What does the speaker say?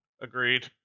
Agreed